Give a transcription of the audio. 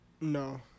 No